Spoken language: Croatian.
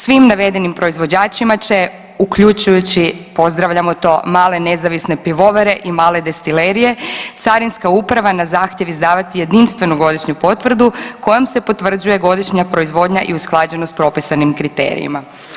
Svim navedenim proizvođačima će uključujući, pozdravljamo to, male nezavisne pivovare i male destilerije carinska uprava na zahtjev izdavati jedinstvenu godišnju potvrdu kojom se potvrđuje godišnja proizvodnja i usklađenost s propisanim kriterijima.